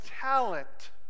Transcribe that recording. talent